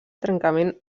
trencament